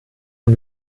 von